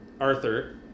Arthur